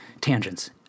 tangents